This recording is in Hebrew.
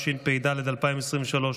התשפ"ד 2023,